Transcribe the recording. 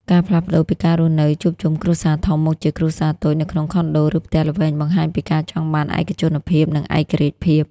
ការផ្លាស់ប្តូរពីការរស់នៅជួបជុំគ្រួសារធំ មកជាគ្រួសារតូច នៅក្នុងខុនដូ ឬផ្ទះល្វែង បង្ហាញពីការចង់បានឯកជនភាព និងភាពឯករាជ្យ។